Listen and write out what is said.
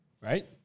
Right